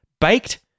baked